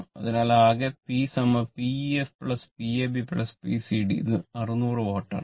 അതിനാൽ ആകെ PPef Pab P cd ഇത് 600 വാട്ട് ആണ്